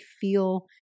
feel